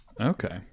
Okay